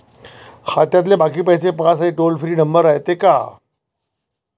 खात्यातले बाकी पैसे पाहासाठी टोल फ्री नंबर रायते का?